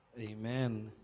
Amen